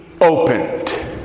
opened